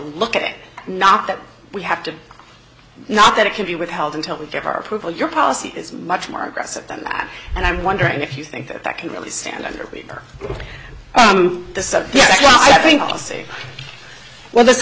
look at it not that we have to not that it can be withheld until we get our approval your policy is much more aggressive than that and i'm wondering if you think that that can really stand under the sun yes well i think we'll see when the